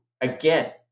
again